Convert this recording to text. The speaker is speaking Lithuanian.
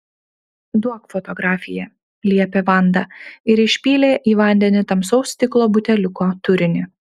duok fotografiją liepė vanda ir išpylė į vandenį tamsaus stiklo buteliuko turinį